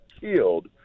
killed